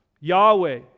Yahweh